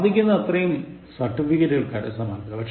സാധിക്കുന്നത്രയും സർട്ടിഫിക്കറ്റുകൾ കരസ്ഥമാക്കുക